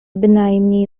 bynajmniej